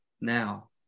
Now